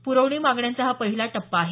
प्रवणी मागण्यांचा हा पहिला टप्पा आहे